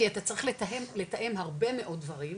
כי אתה צריך לתאם הרבה מאוד דברים,